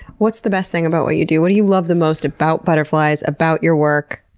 what's the best thing about what you do? what do you love the most about butterflies? about your work?